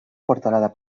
portalada